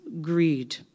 greed